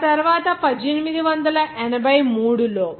ఆ తరువాత 1883 లో